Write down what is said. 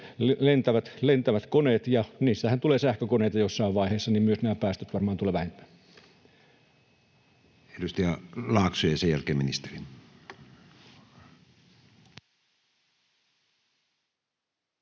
lentävät koneet. Niistähän tulee sähkökoneita jossain vaiheessa, joten myös päästöt varmaan tulevat vähenemään. Edustaja Laakso, ja sen jälkeen ministeri.